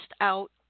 out